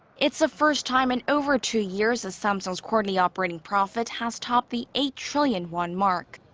it's the first time in over two years that samsung's quarterly operating profit has topped the eight trillion won mark.